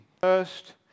First